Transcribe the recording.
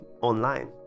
online